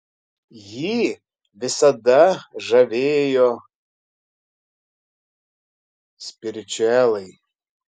jį visada žavėjo spiričiuelai